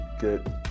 Good